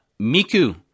Miku